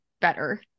better